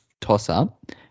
toss-up